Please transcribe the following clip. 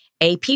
AP